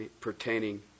pertaining